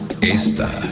Esta